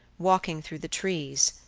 walking through the trees,